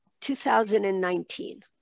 2019